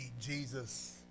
Jesus